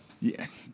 Yes